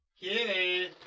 Kitty